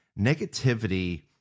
negativity